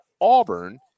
Auburn